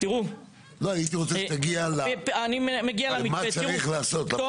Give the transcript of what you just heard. הייתי רוצה שתגיע לפרקטי, למה צריך לעשות.